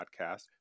podcast